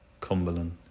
Cumberland